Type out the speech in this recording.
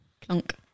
clunk